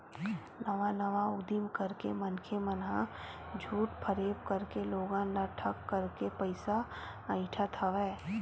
नवा नवा उदीम करके मनखे मन ह झूठ फरेब करके लोगन ल ठंग करके पइसा अइठत हवय